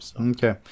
Okay